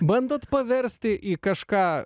bandot paversti į kažką